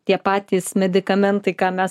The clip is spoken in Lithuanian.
tie patys medikamentai ką mes